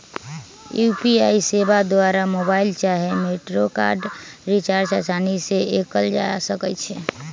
UPI सेवा द्वारा mobile चाहे मेट्रो कार्ड रिचार्ज असानी से कएल जा सकइ छइ